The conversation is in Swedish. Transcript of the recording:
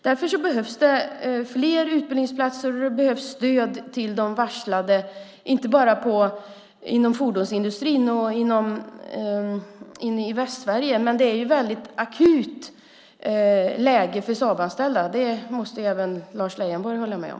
Därför behövs det fler utbildningsplatser och stöd till de varslade, inte bara inom fordonsindustrin och i Västsverige där det är ett väldigt akut läge för Saabanställda. Det måste väl Lars Leijonborg hålla med om.